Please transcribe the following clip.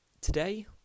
Today